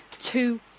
two